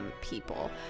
people